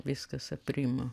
viskas aprimo